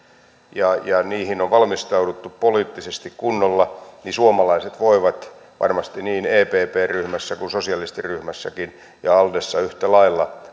ja ja niihin on valmistauduttu poliittisesti kunnolla niin suomalaiset voivat varmasti niin epp ryhmässä kuin sosialistiryhmässäkin ja aldessa yhtä lailla